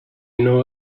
know